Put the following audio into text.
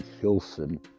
Hilson